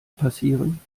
passieren